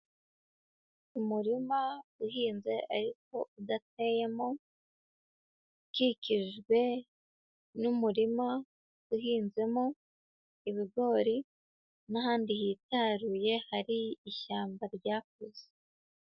Umurima uhinze ariko udateyemo, ukikijwe n'umurima uhinzemo ibigori n'ahandi hitaruye hari ishyamba ryakuze.